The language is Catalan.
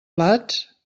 plats